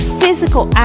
physical